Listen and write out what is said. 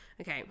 Okay